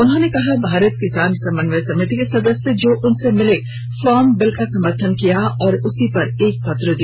उन्होंने कहा भारत किसान समन्वय समिति के सदस्य जो उनसे मिले फार्म बिल का समर्थन किया और उसी पर एक पत्र दिया